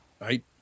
Right